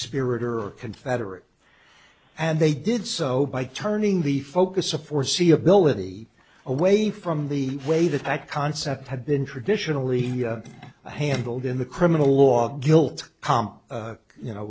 conspirator or confederate and they did so by turning the focus of foreseeability away from the way that that concept had been traditionally handled in the criminal law guilt you know